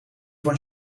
van